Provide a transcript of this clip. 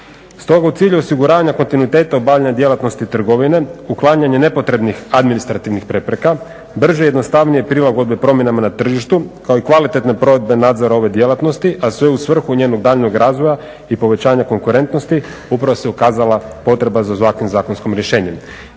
Stoga u cilju osiguranja … obavljanja djelatnosti trgovine, uklanjanje nepotrebnih administrativnih prepreka, brže i jednostavnije prilagodbe promjenom na tržištu kao i kvalitetne provedbe nadzora ove djelatnosti, a sve u svrhu njenog daljnjeg razvoja i povećanja konkurentnosti, upravo se ukazala potreba za ovakvim zakonskim rješenjem.